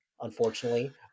Unfortunately